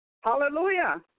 Hallelujah